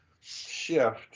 shift